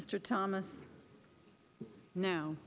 mr thomas no